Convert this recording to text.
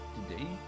Today